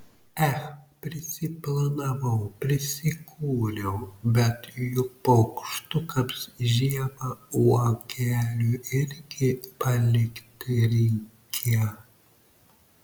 ech prisiplanavau prisikūriau bet juk paukštukams žiemą uogelių irgi palikti reikia